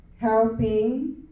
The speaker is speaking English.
helping